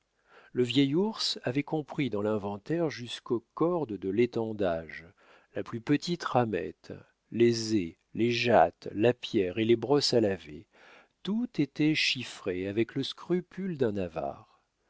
le vieil ours avait compris dans l'inventaire jusqu'aux cordes de l'étendage la plus petite ramette les ais les jattes la pierre et les brosses à laver tout était chiffré avec le scrupule d'un avare